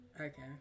Okay